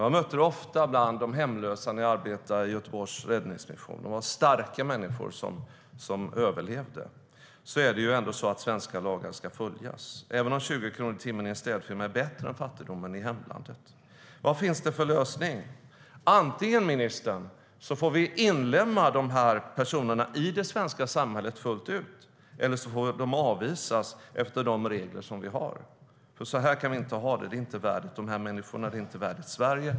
Men även om jag, som kristdemokrat, har djup förståelse för människors kamp att överleva ska svenska lagar följas, även om 20 kronor i timmen hos en städfirma är bättre än fattigdomen i hemlandet. Vad finns det för lösning? Antingen, ministern, får vi inlemma de här personerna i det svenska samhället fullt ut, eller så får de avvisas efter de regler vi har. Så här kan vi inte ha det. Det är inte värdigt de här människorna; det är inte värdigt Sverige.